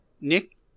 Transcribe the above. Nick